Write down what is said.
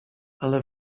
ale